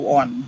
on